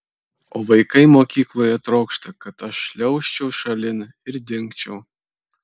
o vaikai mokykloje trokšta kad aš šliaužčiau šalin ir dingčiau